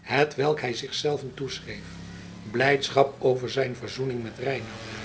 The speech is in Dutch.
hetwelk hij zich zelven toeschreef blijdschap over zijn verzoening met reinout